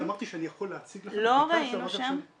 אני אמרתי שאני יכול להציג לכם --- לא ראינו שם,